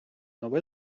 нове